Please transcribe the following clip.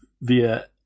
via